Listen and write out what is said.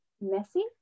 messy